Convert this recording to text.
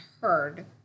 heard